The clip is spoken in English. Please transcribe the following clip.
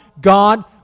God